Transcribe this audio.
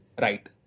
Right